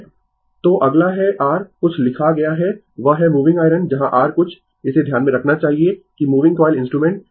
Refer Slide Time 3525 तो अगला है r कुछ लिखा गया है वह है मूविंग आयरन जहाँ r कुछ इसे ध्यान में रखना चाहिए कि मूविंग कॉइल इंस्ट्रूमेंट